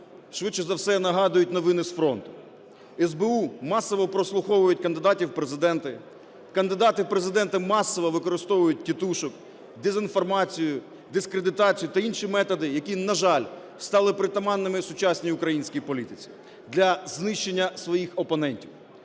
швидше за все нагадують новини з фронту. СБУ масово прослуховують кандидатів в Президенти. Кандидати в Президенти масово використовують "тітушок", дезінформацію, дискредитацію та інші методи, які, на жаль, стали притаманними сучасній українській політиці для знищення своїх опонентів.